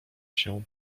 się